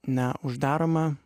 ne uždaroma